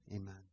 Amen